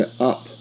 up